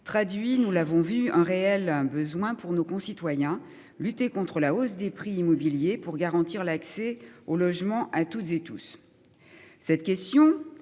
traduit, nous l'avons vu un réel besoin pour nos concitoyens. Lutter contre la hausse des prix immobiliers pour garantir l'accès au logement à toutes et tous.